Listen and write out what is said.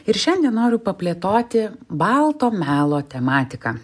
ir šiandien noriu paplėtoti balto melo tematiką